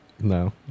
No